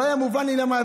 לא היה מובן לי למה.